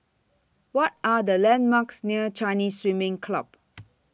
What Are The landmarks near Chinese Swimming Club